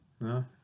No